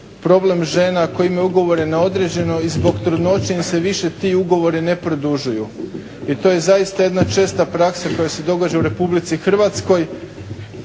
problem žena koje imaju ugovore na određene i zbog trudnoće im se više ti ugovori ne produžuju. I to je zaista jedna česta praksa koja se događa u Republici Hrvatskoj.